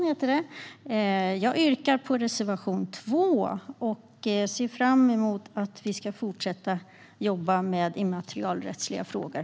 Jag yrkar bifall till reservation 2. Jag ser fram emot att vi ska fortsätta att jobba med immaterialrättsliga frågor.